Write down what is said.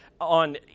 on